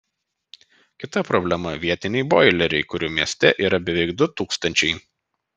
kita problema vietiniai boileriai kurių mieste yra beveik du tūkstančiai